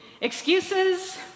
Excuses